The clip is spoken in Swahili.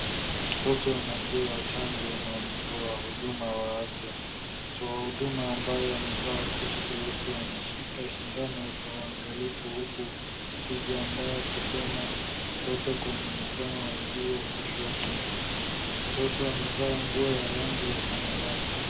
Mtoto anapewa chanjo na mtoa huduma wa afya. Mtoa huduma ambaye anavaa koti jeupe anashika sindano kwa uangalifu huku akijiandaa kuchoma mtoto kwenye mkono wa juu wa kushoto. Mtoto amevaa nguo ya rangi ya samawati.